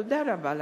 תודה רבה לכם.